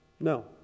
No